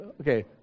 Okay